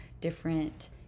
different